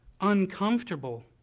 uncomfortable